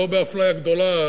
לא באפליה גדולה,